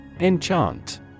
Enchant